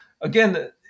again